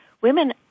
women